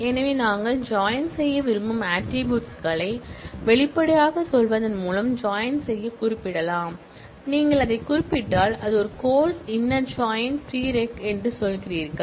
எனவே நாங்கள் ஜாயின் செய்ய விரும்பும் ஆட்ரிபூட்ஸ் களை வெளிப்படையாகச் சொல்வதன் மூலம் ஜாயின் செய்ய குறிப்பிடலாம் நீங்கள் அதைக் குறிப்பிட்டால் அது ஒரு கோர்ஸ் இன்னர் ஜாயின் ப்ரீரெக் என்று சொல்கிறீர்கள்